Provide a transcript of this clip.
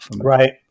Right